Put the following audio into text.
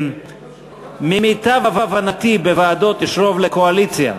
למיטב הבנתי, בוועדות יש רוב לקואליציה.